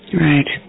Right